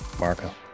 Marco